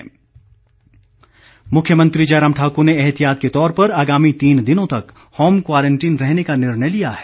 मुख्यमंत्री मुख्यमंत्री जयराम ठाक़र ने एहतियात के तौर पर आगामी तीन दिनों तक होम क्वारंटीन रहने का निर्णय लिया है